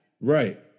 Right